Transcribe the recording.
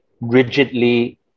rigidly